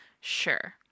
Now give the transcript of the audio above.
sure